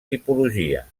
tipologia